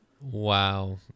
Wow